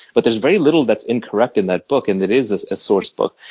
but there's very little that's incorrect in that book and it is is a sourced book.